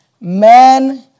man